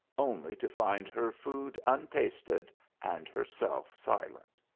only to find her food untasted and herself silent.